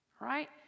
right